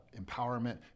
empowerment